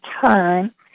time